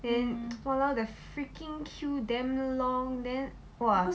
then !walao! the freaking queue damn long then !wah!